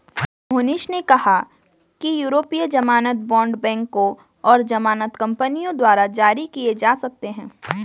मोहनीश ने कहा कि यूरोपीय ज़मानत बॉण्ड बैंकों और ज़मानत कंपनियों द्वारा जारी किए जा सकते हैं